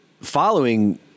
following